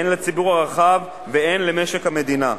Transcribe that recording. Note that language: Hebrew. הן לציבור הרחב והן למשק המדינה.